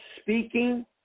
speaking